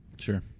Sure